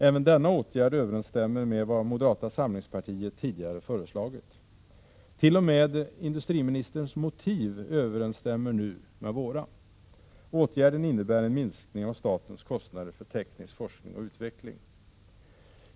Även denna åtgärd överensstämmer med vad moderata samlingspartiet tidigare föreslagit. T.o.m. industriministerns motiv överensstämmer nu med våra. Åtgärden innebär en minskning av statens kostnader för teknisk FoU.